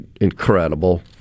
incredible